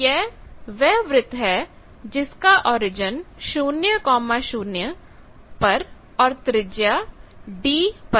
तो यह वह वृत्त है जिसका ओरिजन 00 पर और त्रिज्या d है